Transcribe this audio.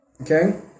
Okay